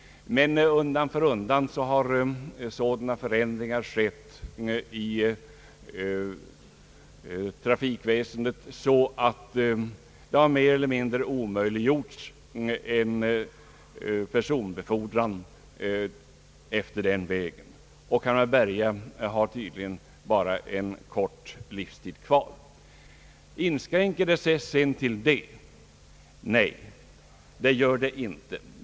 Men undan för undan har sådana förändringar skett i trafikväsendet att en personbefordran efter den vägen har mer eller mindre omöjliggjorts, och Kalmar—Berga har tydligen bara en kort tid kvar att leva. Inskränker det sig sedan till detta? Nej, det gör det inte.